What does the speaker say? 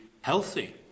healthy